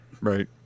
Right